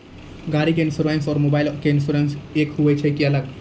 गाड़ी के इंश्योरेंस और मोबाइल के इंश्योरेंस एक होय छै कि अलग?